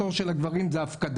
התור של הגברים זה הפקדה,